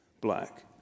black